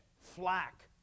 flak